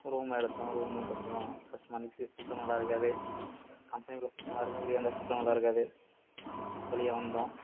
ஒரு ரூம் எடுத்தோம் ரூமு கொஞ்சம் கஷ்டமாக இருந்துச்சு ஃபுட்டும் நல்லா இருக்காது கம்பெனிக்குள்ளே ஃபுட்டு நல்லா இருக்கும் வெளியே வந்தால் ஃபுட்டு நல்லா இருக்காது வெளியே வந்தோம்